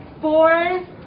four